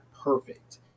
perfect